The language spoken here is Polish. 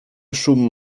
szum